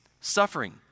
suffering